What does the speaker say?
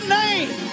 name